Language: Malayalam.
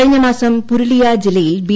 കഴിഞ്ഞ മാസം പുരുലിയ ജില്ലയിൽ ബി